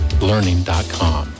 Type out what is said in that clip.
learning.com